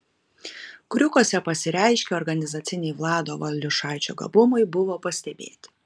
kriukuose pasireiškę organizaciniai vlado valiušaičio gabumai buvo pastebėti